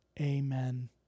Amen